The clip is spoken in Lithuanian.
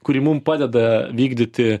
kuri mum padeda vykdyti